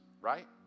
right